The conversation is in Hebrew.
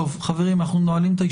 לא ייאמן.